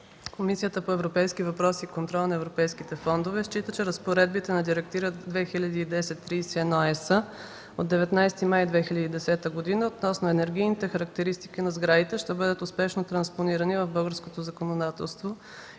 Комисията по европейските въпроси и контрол на европейските фондове счита, че разпоредбите на Директива 2010/31/ЕС от 19 май 2010 г. относно енергийните характеристики на сградите ще бъдат успешно транспонирани в българското законодателство и на